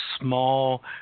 small